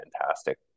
fantastic